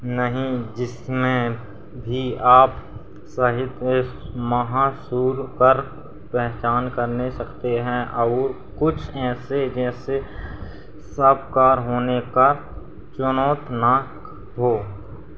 नहीं जिसमें भी आप साहीधे महसूर कर पहचान करने सकते हैं और कुछ ऐसे ऐसे सब कार होनेकी चुनौती ना हो